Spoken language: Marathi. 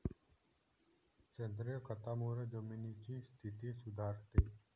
सेंद्रिय खतामुळे जमिनीची स्थिती सुधारते